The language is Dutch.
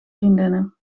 vriendinnen